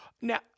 Now